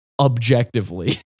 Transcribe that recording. objectively